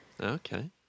Okay